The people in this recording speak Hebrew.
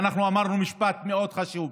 ואמרנו משפט מאוד חשוב: